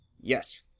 Yes